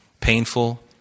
painful